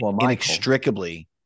inextricably